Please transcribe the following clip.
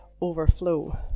overflow